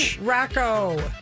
Rocco